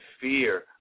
fear